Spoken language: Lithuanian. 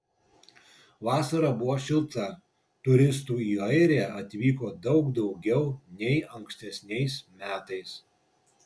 vasara buvo šilta turistų į airiją atvyko daug daugiau nei ankstesniais metais